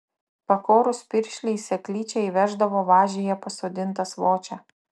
pakorus piršlį į seklyčią įveždavo važyje pasodintą svočią